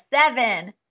seven